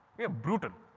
we were brutal.